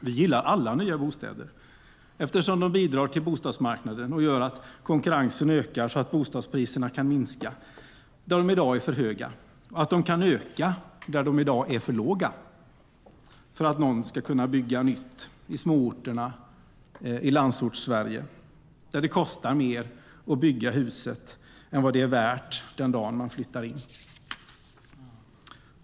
Vi gillar alla nya bostäder eftersom de bidrar till bostadsmarknaden och gör att konkurrensen ökar så att bostadspriserna kan minska där de i dag är för höga och att de kan öka där de i dag är för låga för att någon ska kunna bygga nytt. I småorterna, i Landsortssverige, kostar det mer att bygga huset än vad det är värt den dagen man flyttar in.